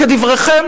כדבריכם,